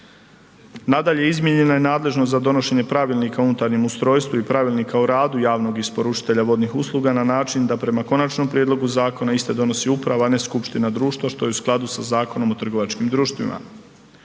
Nadalje izmijenjena je nadležnost za donošenje Pravilnika o unutarnjem ustrojstvu i pravilnika o radu javnog isporučitelja vodnih usluga na način da prema konačnom prijedlogu zakona iste donosi uprava a ne skupština društva što je u skladu sa zakonom o trgovačkim društvima.